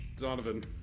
Donovan